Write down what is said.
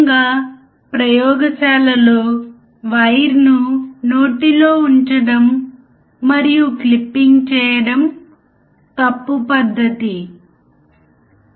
operational amplifier యొక్క input మరియు output పరిధిని అధ్యయనం చేయడం ఈ ప్రయోగం